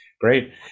Great